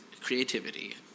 creativity